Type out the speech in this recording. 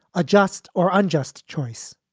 adjust or unjust choice.